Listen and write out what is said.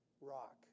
rock